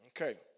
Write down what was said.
Okay